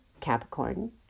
Capricorn